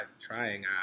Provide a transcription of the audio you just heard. trying